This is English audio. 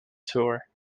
tour